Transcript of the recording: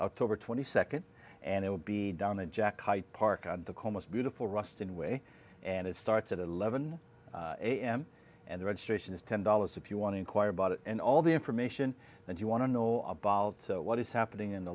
october twenty second and it will be down and jack hyde park on the coast beautiful ruston way and it starts at eleven am and the registration is ten dollars if you want to inquire about it and all the information that you want to know about what is happening in the